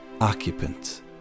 occupant